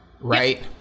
right